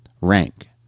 Rank